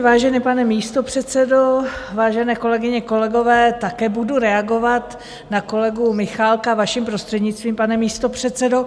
Vážený pane místopředsedo, vážené kolegyně, kolegové, také budu reagovat na kolegu Michálka, vaším prostřednictvím, pane místopředsedo.